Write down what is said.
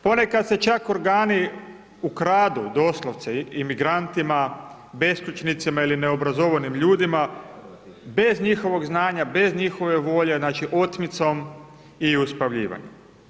Ponekad se čak organi ukradu, doslovce, imigrantima, beskućnicima ili neobrazovanim ljudima, bez njihovog znanja, bez njihove volje, znači otmicom i uspavljivanjem.